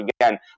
again